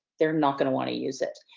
they're not gonna wanna use it.